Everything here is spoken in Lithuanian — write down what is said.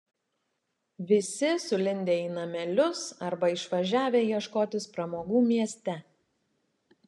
visi sulindę į namelius arba išvažiavę ieškotis pramogų mieste